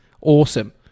awesome